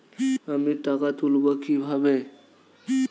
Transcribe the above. আমি টাকা তুলবো কি ভাবে?